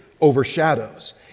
overshadows